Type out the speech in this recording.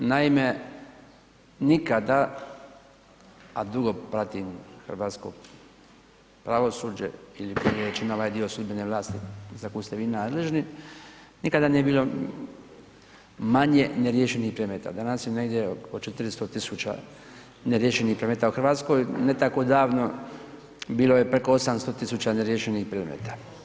Naime, nikada a dugo pratim hrvatsko pravosuđe ... većina ovaj dio sudbene vlasti za koju ste vi nadležni, nikada nije bilo manje neriješenih predmeta, danas je negdje oko 400 000 neriješenih predmeta u Hrvatskoj, ne tako davno bilo je preko 800 000 neriješenih predmeta.